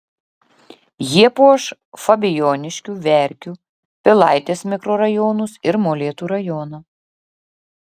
jie puoš fabijoniškių verkių pilaitės mikrorajonus ir molėtų rajoną